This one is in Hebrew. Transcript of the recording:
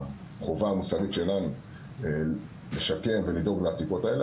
המוסרית שלנו לשקם ולדאוג לעתיקות האלה,